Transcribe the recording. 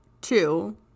two